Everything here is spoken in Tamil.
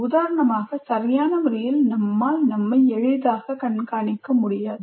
உதாரணமாக சரியான முறையில் நம்மால் நம்மை எளிதாக கண்காணிக்க முடியாது